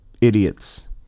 idiots